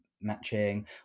matching